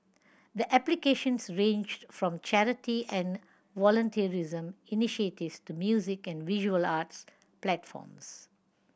the applications ranged from charity and volunteerism initiatives to music and visual arts platforms